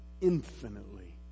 infinitely